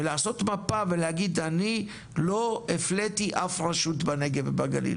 ולעשות מפה ולהגיד אני לא הפליתי אף רשות בנגב ובגליל,